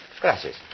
Gracias